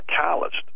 calloused